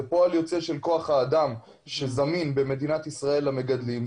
זה פועל יוצא של כוח האדם שזמין במדינת ישראל אצל המגדלים,